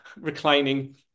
reclining